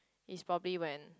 is probably when